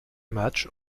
match